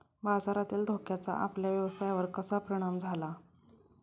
बाजारातील धोक्याचा आपल्या व्यवसायावर कसा परिणाम झाला?